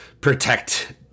protect